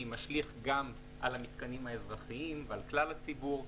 משליך גם על המיתקנים האזרחיים ועל כלל הציבור,